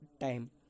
time